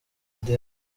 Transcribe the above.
pisine